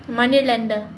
moneylender